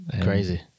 Crazy